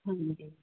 ਹਾਂਜੀ